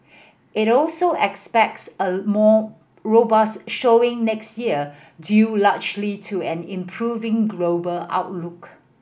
it also expects a more robust showing next year due largely to an improving global outlook